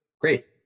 great